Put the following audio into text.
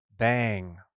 Bang